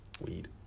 weed